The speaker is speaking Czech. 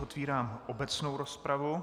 Otvírám obecnou rozpravu.